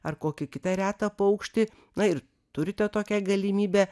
ar kokį kitą retą paukštį na ir turite tokią galimybę